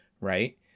right